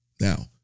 Now